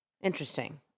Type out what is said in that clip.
Interesting